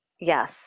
Yes